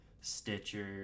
Stitcher